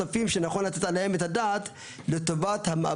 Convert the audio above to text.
אם אנחנו היום לא יודעים לטפל בזה במוקדים